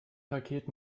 paket